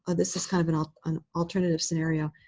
this is kind of and ah an alternative scenario.